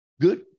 Good